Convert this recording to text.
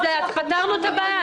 אז פתרנו את הבעיה.